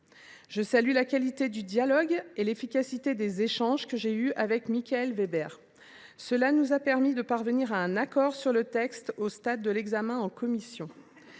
Je salue la qualité du dialogue et l’efficacité des échanges que j’ai eus avec Michaël Weber : cela nous a permis de parvenir à un accord sur le texte au stade de l’examen en commission.